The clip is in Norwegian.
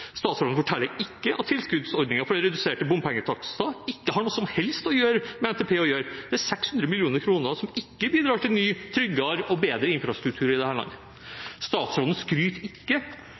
Statsråden forteller ikke at tilskuddsordningen for reduserte bompengetakster ikke har noe som helst å gjøre med NTP – det er 600 mill. kr som ikke bidrar til ny, tryggere og bedre infrastruktur i dette landet. Statsråden skryter ikke